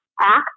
act